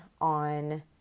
on